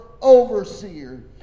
overseer